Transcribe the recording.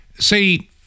See